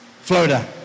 Florida